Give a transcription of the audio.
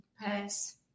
pass